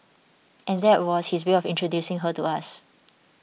and that was his way of introducing her to us